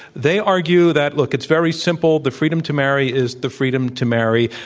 they argue that, look, it's very simple. the freedom to marry is the freedom to marry.